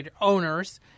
owners